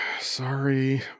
Sorry